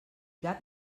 gat